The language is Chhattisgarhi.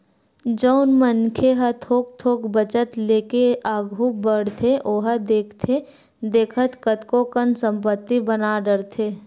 जउन मनखे ह थोक थोक बचत लेके आघू बड़थे ओहा देखथे देखत कतको कन संपत्ति बना डरथे